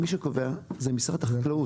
מי שקובע זה משרד החקלאות.